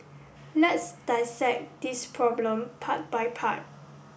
let's dissect this problem part by part